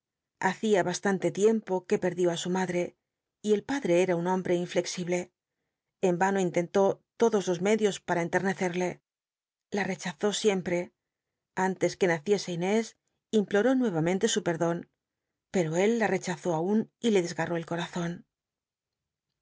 hacia bastante tiempo que perdió ü su m tdre y el padre era un hombre inflexible en vano intentó lodos los medios para eriternecel'le la rechazó siem we anles que naciese inés imploró nuevamente su perdon pero él la rechazó aun y le desgar r ó el corazon